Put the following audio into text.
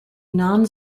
non